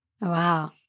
Wow